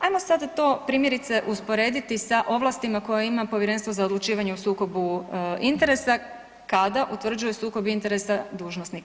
Ajmo sada to primjerice usporediti sa ovlastima koje ima Povjerenstvo za odlučivanje o sukobu interesa kada utvrđuje sukob interesa dužnosnika.